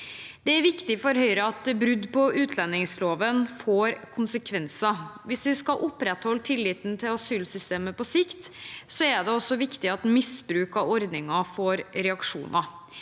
Det er viktig for Høyre at brudd på utlendingsloven får konsekvenser. Hvis vi skal opprettholde tilliten til asylsystemet på sikt, er det også viktig at misbruk av ordningen får reaksjoner.